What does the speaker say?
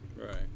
Right